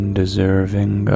deserving